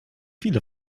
viele